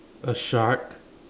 a shark